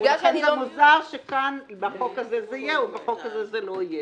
לכן זה מוזר שבחוק הזה זה יהיה ובחוק הזה זה לא יהיה.